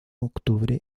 octubre